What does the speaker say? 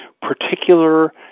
particular